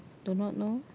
do not know